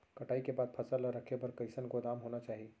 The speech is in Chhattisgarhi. कटाई के बाद फसल ला रखे बर कईसन गोदाम होना चाही?